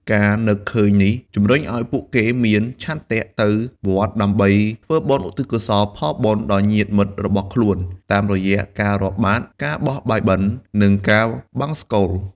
ការនឹកឃើញនេះ ជំរុញឲ្យពួកគេមាន ឆន្ទៈទៅវត្ត ដើម្បីធ្វើបុណ្យឧទ្ទិសកុសលផលបុណ្យដល់ញាតិមិត្តរបស់ខ្លួន តាមរយៈការរាប់បាត្រ ការបោះបាយបិណ្ឌ និងការបង្សុកូល។